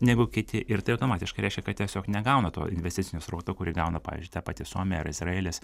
negu kiti ir tai automatiškai reiškia kad tiesiog negauna to investicinio srauto kurį gauna pavyzdžiui ta pati suomija ar izraelis